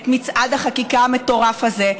את מצעד החקיקה המטורף הזה,